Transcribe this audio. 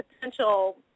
potential